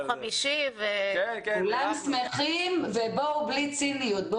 כולנו שמחים, ובואו בלי ציניות.